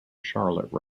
charlotte